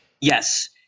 Yes